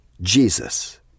Jesus